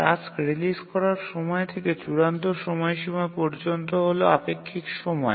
task release করার সময় থেকে চূড়ান্ত সময়সীমা পর্যন্ত হল আপেক্ষিক সময়